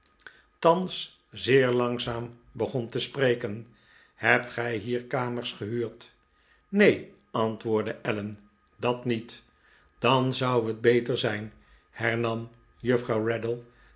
thans zeer langzaam begon te spreken hebt gij hier kamers gehuurd neen antwoordde allen dat niet dan zou het beter zijn hernam juffrouw